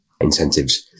incentives